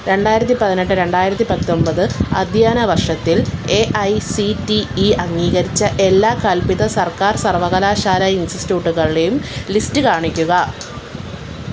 രണ്ടായിരത്തിപ്പതിനെട്ട് രണ്ടായിരത്തിപ്പത്തൊമ്പത് അധ്യയനവർഷത്തിൽ A I C T E അംഗീകരിച്ച എല്ലാ കൽപ്പിത സർക്കാർ സർവകലാശാല ഇൻസ്റ്റിറ്റൂട്ടുകളുടെയും ലിസ്റ്റ് കാണിക്കുക